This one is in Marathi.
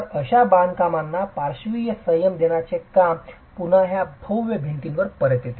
तर अशा बांधकामांना पार्श्विक संयम देण्याचे काम पुन्हा या भव्य भिंतींवर परत येते